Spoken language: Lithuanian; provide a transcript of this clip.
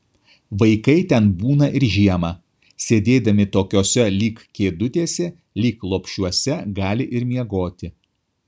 vaikai ten būna ir žiemą sėdėdami tokiose lyg kėdutėse lyg lopšiuose gali ir miegoti